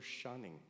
shunning